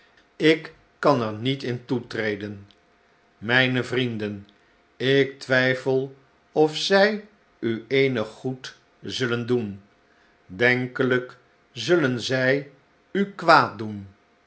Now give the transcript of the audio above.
ik kan er niet in toetreden mijne vrienden ik twijfel of zij u eenig goed zullen doen denkelijk zullen zij u